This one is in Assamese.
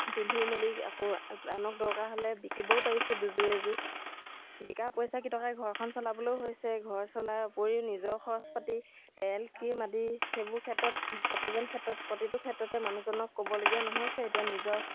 পিন্ধি মেলি আকৌ আনক দৰকাৰ হ'লে বিকিবও পাৰিছোঁ দুযোৰ এযোৰ বিকা পইচা কেইটকাই ঘৰখন চলাবলৈও হৈছে ঘৰ চলাৰ উপৰিও নিজৰ খৰচ পাতি তেল ক্ৰীম আদি সেইবোৰ ক্ষেত্ৰত প্ৰতিজন ক্ষেত্ৰত প্ৰতিটো ক্ষেত্ৰতে মানুহজনক ক'বলগীয়া নহৈছে এতিয়া নিজৰ